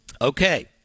Okay